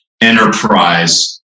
enterprise